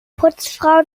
putzfrauen